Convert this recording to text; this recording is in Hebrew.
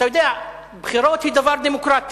אתה יודע, בחירות הן דבר דמוקרטי,